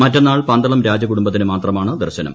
മറ്റന്നാൾ പന്തളം രാജകുടുംബത്തിനു മാത്രമാണ് ദർശനം